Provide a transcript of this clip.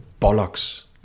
bollocks